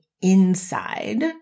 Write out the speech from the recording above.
inside